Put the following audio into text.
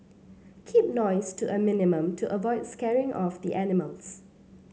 keep noise to a minimum to avoid scaring off the animals